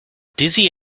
dizzy